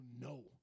No